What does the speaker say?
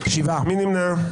מי נמנע?